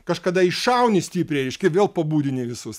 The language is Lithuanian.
kažkada iššauni stipriai reiškia vėl pabudini visus